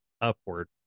upward